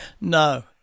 No